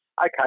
okay